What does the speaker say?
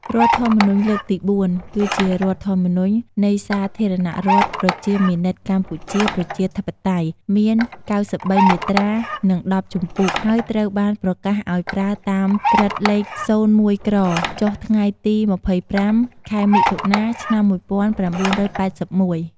រដ្ឋធម្មនុញ្ញលើកទី៤ គឺជារដ្ឋធម្មនុញ្ញ នៃសាធារណរដ្ឋប្រជាមានិតកម្ពុជាប្រជាធិបតេយ្យ មាន៩៣ មាត្រា និង១០ ជំពូក ហើយត្រូវបានប្រកាសឲ្យប្រើតាមក្រឹត្យ លេខ ០១ក្រ ចុះថ្ងៃទី ២៥ ខែមថុនា ឆ្នាំ ១៩៨១។